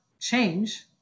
change